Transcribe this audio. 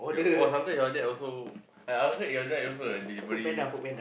oh sometimes your dad also eh I heard your dad also uh delivery